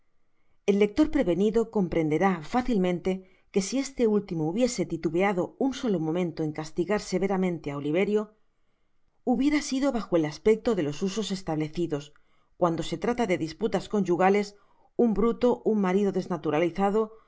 el lector prevenido comprenderá fácilmente que si este último hubiese titubeado un solo momento en castigar severamente á oliverio hubiera sido bajo el aspecto de los usos establecidos cuando se trata de disputas conjugales un bruto un marido desnaturalizado una